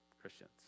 christians